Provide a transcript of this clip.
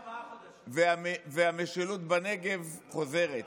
והמשילות בנגב חוזרת.